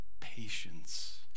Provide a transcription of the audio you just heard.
patience